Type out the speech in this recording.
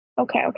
okay